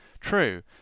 True